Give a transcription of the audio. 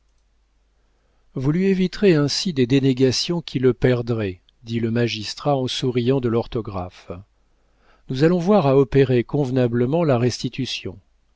vous lui éviterez ainsi des dénégations qui le perdraient dit le magistrat en souriant de l'orthographe nous allons voir à opérer convenablement la restitution